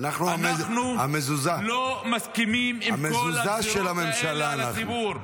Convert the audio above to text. אנחנו לא מסכימים עם כל הגזרות האלה על הציבור.